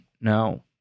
No